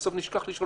שהכנסת תרצה